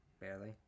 barely